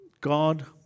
God